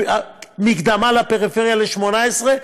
מקדמה לפריפריה ל-2018,